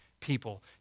people